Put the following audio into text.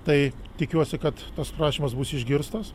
tai tikiuosi kad tas prašymas bus išgirstas